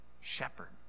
shepherd